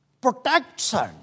protection